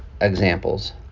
examples